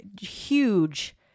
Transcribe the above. huge